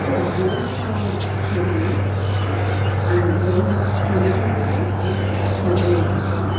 हो दोन छोले अँ दोन छोले भटुरे एक छोले एक्स्ट्रा